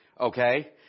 okay